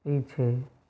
पीछे